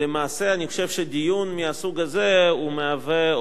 אני חושב שדיון מהסוג הזה מהווה מדרגה